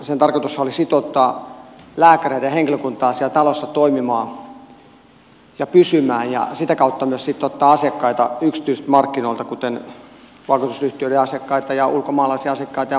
sen tarkoitushan oli sitouttaa lääkäreitä ja henkilökuntaa siellä talossa toimimaan ja pysymään ja sitä kautta myös ottaa asiakkaita yksityisiltä markkinoilta kuten vakuutusyhtiöiden asiakkaita ja ulkomaalaisia asiakkaita ja muita